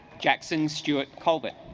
jaxon stewart colvett